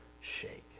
shake